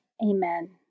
Amen